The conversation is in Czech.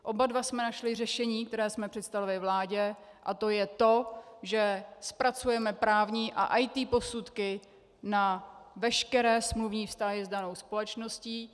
Oba dva jsme našli řešení, které jsme představili vládě, a to je to, že zpracujeme právní a IT posudky na veškeré smluvní vztahy s danou společností.